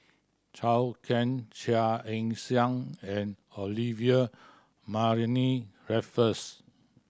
Can Chia Ann Siang and Olivia Mariamne Raffles